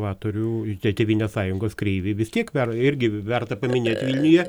va turiu tėvynės sąjungos kreivį vis tiek verta irgi verta paminėti vilniuje